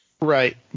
right